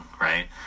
right